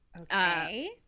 Okay